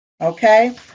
Okay